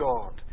God